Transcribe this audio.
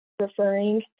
referring